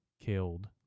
killed